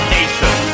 Nation